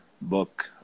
book